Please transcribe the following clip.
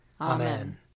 Amen